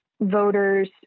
voters